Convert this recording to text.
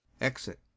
exit